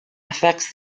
affects